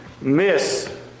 miss